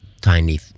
tiny